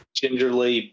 gingerly